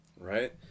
right